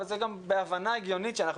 מתוך הבנה הגיונית שאנחנו